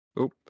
Oop